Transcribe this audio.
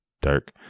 dark